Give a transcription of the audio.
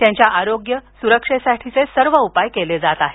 त्यांच्या आरोग्य सुरक्षेसाठीचे सर्व उपाय केले जात आहेत